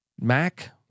Mac